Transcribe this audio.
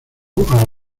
los